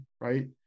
right